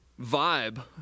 vibe